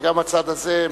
וגם הצד הזה.